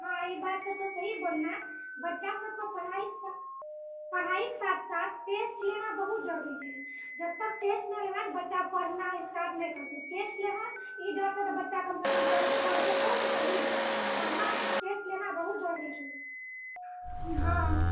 हँ ई बात तऽ तु सही बोलले बच्चा सबके पढ़ाई लिखाई पढ़ाईके साथ साथ टेस्ट लेनाइ बहुत जरुरी छै जब तक टेस्ट नहि लेबऽ बच्चाके पढ़नाइ आ साथमे टेस्ट लेनाइ ई डरसँ तऽ बच्चा कम से कम पढ़तो तऽ सही पढ़ना टेस्ट लेना बहुत जरुरी छै हँ